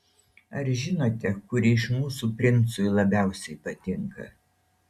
ar žinote kuri iš mūsų princui labiausiai patinka